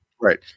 right